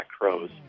Crows